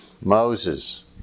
Moses